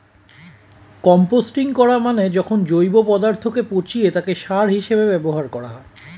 composting করা মানে যখন জৈব পদার্থকে পচিয়ে তাকে সার হিসেবে ব্যবহার করা হয়